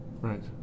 right